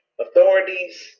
Authorities